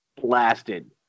Blasted